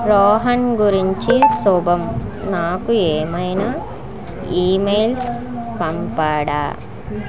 రోహన్ గురించి శుభమ్ నాకు ఏవైనా ఈమెయిల్స్ పంపాడా